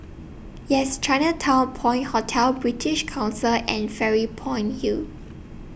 Yes Chinatown Point Hotel British Council and Fairy Point Hill